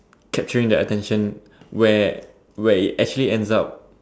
capturing their attention where where it actually ends up